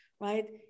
right